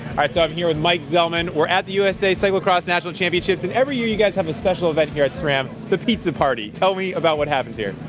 right, so i'm here with and mike zellman. we're at the usa cyclo-cross national championships and every year you guys have a special event here at sram, the pizza party. tell me about what happens here.